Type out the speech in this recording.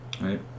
Right